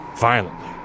violently